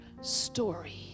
story